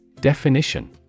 Definition